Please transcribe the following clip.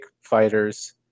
fighters